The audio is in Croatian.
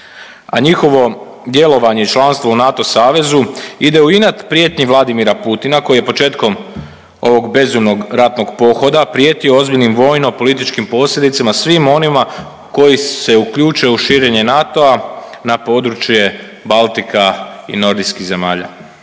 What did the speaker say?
njihovo djelovanje i članstvo u NATO savezu ide u inat prijetnji Vladimira Putina koji je početkom ovog bezumnog ratnog pohoda prijetio ozbiljnim vojno-političkim posljedicama svima onima koji se uključe u širenje NATO-a na područje Baltika i nordijskih zemalja,